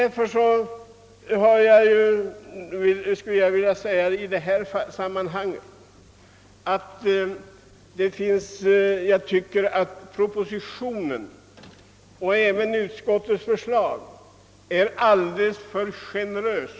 Mot denna bakgrund finner jag de partementschefens och utskottets förslag alldeles för generöst.